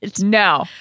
No